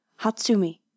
Hatsumi